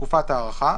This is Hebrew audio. תקופת ההארכה),